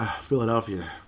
Philadelphia